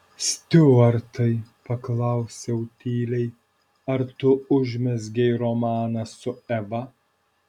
stiuartai paklausiau tyliai ar tu užmezgei romaną su eva